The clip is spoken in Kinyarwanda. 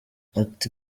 ati